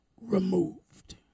removed